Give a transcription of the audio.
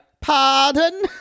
pardon